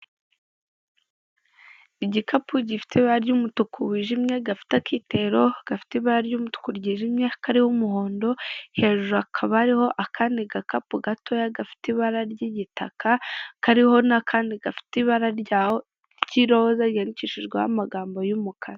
Igikapu gifite iba ry'umutuku wijimye gafite akitero gafite ibara ry'umutuku ryijimye kariho umuhondo hejuru kaba ariho akandi gakapu gatoya gafite ibara ry'igitaka kariho n'akandi gafite ibara ry'iroza ryiyandicishijweho amagambo y'umukara.